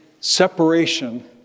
separation